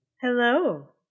Hello